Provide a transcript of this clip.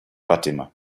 fatima